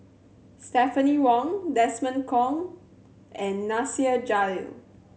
Stephanie Wong Desmond Kon and Nasir Jalil